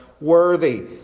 worthy